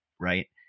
Right